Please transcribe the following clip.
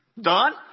done